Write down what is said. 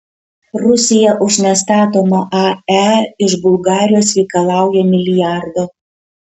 rusija už nestatomą ae iš bulgarijos reikalauja milijardo